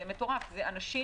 זה אנשים